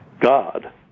God